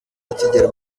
bakigera